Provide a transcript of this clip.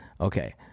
Okay